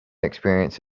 experience